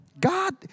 God